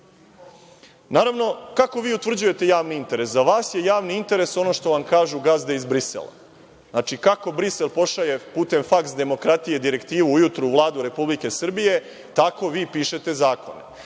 Naravno, kako vi utvrđujete javni interes. Za vas je javni interes ono što vam kažu gazde iz Brisela. Znači, kako Brisel pošalje putem faks demokratije direktivu ujutru u Vladu Republike Srbije tako vi pišete zakone.